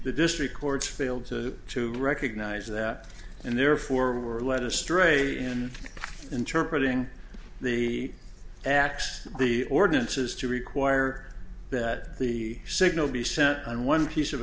the district courts failed to recognize that and therefore were led astray in interpretating the acts the ordinances to require that the signal be sent and one piece of